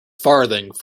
farthing